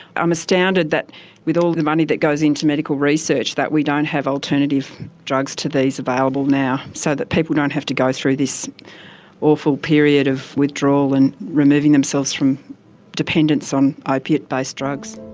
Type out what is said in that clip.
i'm astounded that with all the money that goes into medical research, that we don't have alternative drugs to these available now so that people don't have to go through this awful period of withdrawal and removing themselves from dependence on opiate based drugs.